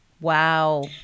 Wow